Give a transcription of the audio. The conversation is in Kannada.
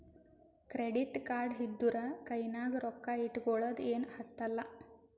ಕ್ರೆಡಿಟ್ ಕಾರ್ಡ್ ಇದ್ದೂರ ಕೈನಾಗ್ ರೊಕ್ಕಾ ಇಟ್ಗೊಳದ ಏನ್ ಹತ್ತಲಾ